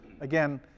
again